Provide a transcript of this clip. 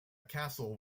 castle